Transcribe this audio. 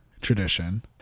tradition